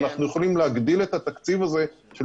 אנחנו יכולים להגדיל את התקציב הזה של